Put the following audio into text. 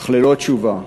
אך ללא תשובה.